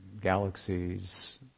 galaxies